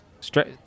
straight